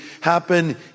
happen